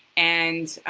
and